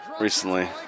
recently